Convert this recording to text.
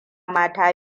mata